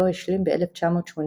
אותו השלים ב-1983.